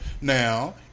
Now